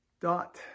Dot